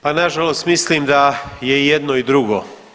Pa nažalost mislim da je i jedno i drugo.